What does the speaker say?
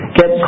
get